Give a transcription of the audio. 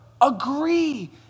agree